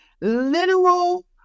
literal